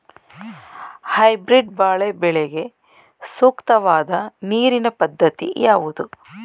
Hybrid ಬಾಳೆ ಬೆಳೆಗೆ ಸೂಕ್ತವಾದ ನೀರಿನ ಪದ್ಧತಿ ಯಾವುದು?